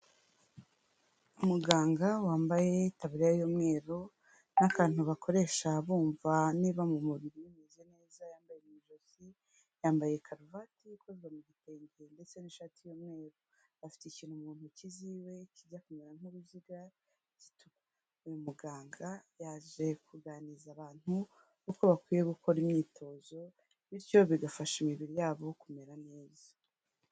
Umuganga wambaye tabi y'umweru n'akantu bakoresha bumva niba mu mubiri bimeze neza yambaye ibijozi yambaye karuvati ikozwe mu gitenge ndetse n'ishati y'umweruru afite ikintu mu ntoki ziwe kijya kumera nk'uruziga uyu muganga yaje kuganiriza abantu uko bakwiye gukora imyitozo bityo bigafasha imibiri yabo kumera neza.